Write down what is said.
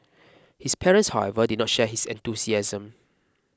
his parents however did not share his enthusiasm